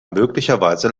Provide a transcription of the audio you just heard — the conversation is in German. möglicherweise